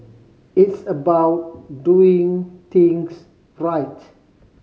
it's about doing things right